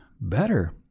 better